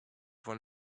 one